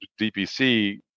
DPC